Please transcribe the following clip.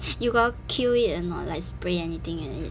you got kill it or not like spray anything in it